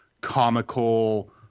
comical